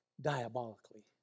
diabolically